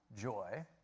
joy